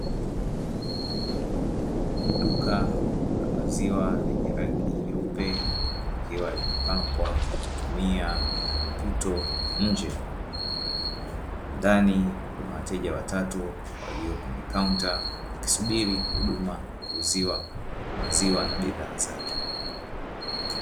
Duka la maziwa lenye rangi nyeupe, likiwa limepabwa kwa kutumia maputo nje ndani kuna wateja watatu waliokwenye kaunta wakisubiri huduma ya kuuziwa maziwa na bidhaa zake.